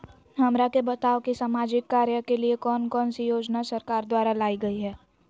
हमरा के बताओ कि सामाजिक कार्य के लिए कौन कौन सी योजना सरकार द्वारा लाई गई है?